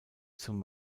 zum